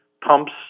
pumps